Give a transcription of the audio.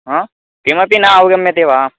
हा किमपि न अवगम्यते वा